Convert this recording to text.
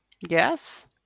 Yes